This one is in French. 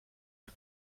les